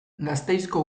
gasteizko